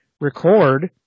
record